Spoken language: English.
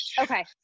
Okay